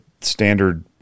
standard